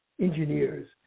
engineers